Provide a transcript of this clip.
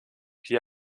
hier